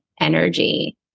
energy